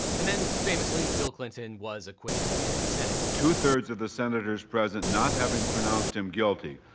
and then famously bill clinton was acquitted in the senate. two-thirds of the senators present not having pronounced him guilty,